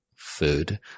Food